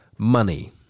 Money